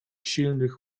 silnych